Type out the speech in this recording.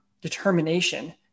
determination